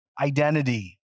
identity